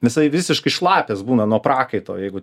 jisai visiškai šlapias būna nuo prakaito jeigu